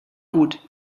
gut